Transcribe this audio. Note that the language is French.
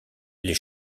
les